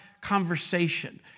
conversation